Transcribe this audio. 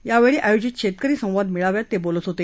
यावेळी आयोजित शेतकरी संवाद मेळाव्यात ते बोलत होते